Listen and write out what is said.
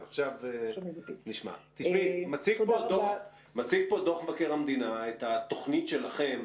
מציג פה דוח מבקר המדינה את התוכנית שלכם